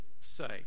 say